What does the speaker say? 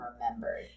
remembered